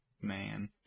man